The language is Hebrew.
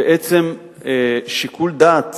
בעצם שיקול דעת